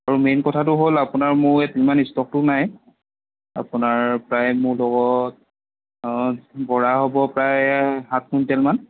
আৰু মেইন কথাটো হ'ল আপোনাৰ মোৰ ইমান ষ্টকটো নাই আপোনাৰ প্ৰায় মোৰ লগত বৰা হ'ব প্ৰায় সাত কুইণ্টেলমান